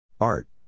Art